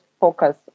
focus